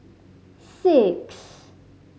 six